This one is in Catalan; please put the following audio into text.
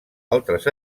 altres